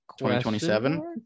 2027